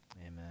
Amen